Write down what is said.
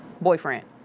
boyfriend